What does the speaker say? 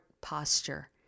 posture